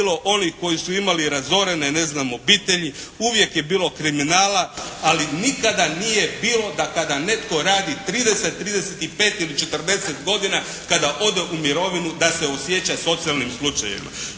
bilo onih koji su imali razorene ne znam obitelji, uvijek je bilo kriminala, ali nikada nije bilo da kada netko radi 30, 35 ili 40 godina kada ode u mirovinu da se osjeća socijalnim slučajevima.